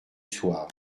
soir